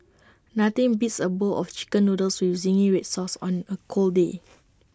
nothing beats A bowl of Chicken Noodles with Zingy Red Sauce on A cold day